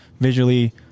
visually